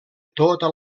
tota